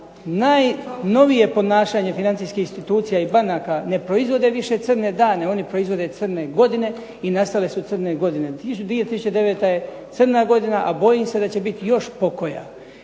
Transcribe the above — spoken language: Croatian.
najnovije ponašanje financijskih institucija i banaka ne proizvode više crne dane, oni proizvode crne godine i nastale su crne godine. 2009. je crna godina, a bojim se da će biti još pokoja.